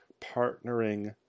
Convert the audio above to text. partnering